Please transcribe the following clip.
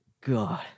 God